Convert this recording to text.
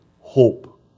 hope